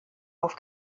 auf